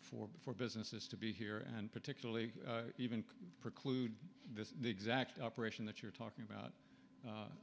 for for businesses to be here and particularly even preclude this exact operation that you're talking about